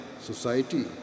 society